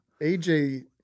AJ